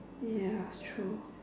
ya true